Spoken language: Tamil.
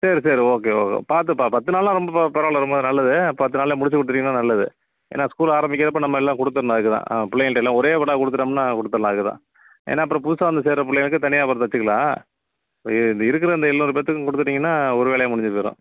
சரி சரி ஓகே பார்த்து ப பத்து நாளெலாம் ரொம்ப பரவாயில்ல ரொம்ப நல்லது பத்துநாளிலே முடித்துக் கொடுத்துட்டிங்கன்னா நல்லது ஏன்னால் ஸ்கூல் ஆரம்பிக்கிறப்போ நம்ம எல்லாம் கொடுத்துர்ணும் அதுக்குதான் ஆ பிள்ளைங்கள்கிட்ட எல்லாம் ஒரே கோட்டா கொடுத்துட்டோம்ன்னா கொடுத்துர்லாம் அதுக்குதான் ஏன்னால் அப்புறம் புதுசாக வந்த சேர்கிற பிள்ளைங்களுக்கு தனியாக அப்புறம் தைச்சுக்கலாம் இப்போ இந்த இருக்கிற இந்த எழுநூறு பேர்த்துக்கும் கொடுத்துட்டீங்கன்னா ஒரு வேலையாக முடிஞ்சு போயிடும்